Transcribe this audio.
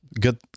Good